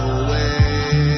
away